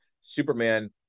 Superman